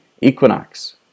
equinox